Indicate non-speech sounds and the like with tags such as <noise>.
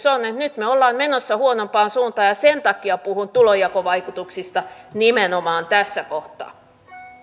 <unintelligible> on että nyt me olemme menossa huonompaan suuntaan ja sen takia puhun tulonjakovaikutuksista nimenomaan tässä kohtaa